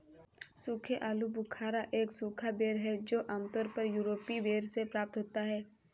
सूखे आलूबुखारा एक सूखा बेर है जो आमतौर पर यूरोपीय बेर से प्राप्त होता है